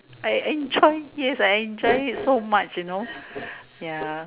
I enjoy yes I enjoy it so much you know yeah